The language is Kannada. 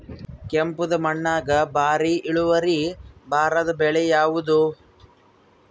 ಕೆಂಪುದ ಮಣ್ಣಾಗ ಭಾರಿ ಇಳುವರಿ ಬರಾದ ಬೆಳಿ ಯಾವುದು?